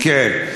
כן.